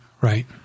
Right